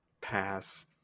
pass